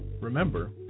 Remember